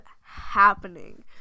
happening